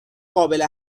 قابل